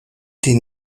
dem